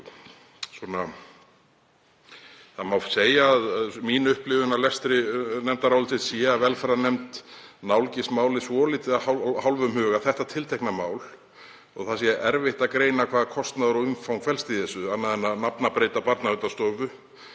það má segja að mín upplifun af lestri nefndarálitsins sé að velferðarnefnd nálgist málið svolítið með hálfum huga, þetta tiltekna mál, það sé erfitt að greina hvaða kostnaður og umfang felst í þessu annað en að breyta nafni